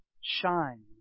shine